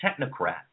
technocrat